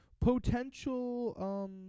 potential